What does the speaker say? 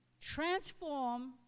transform